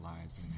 lives